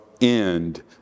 end